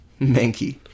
Mankey